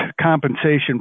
compensation